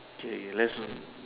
K let's not